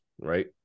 right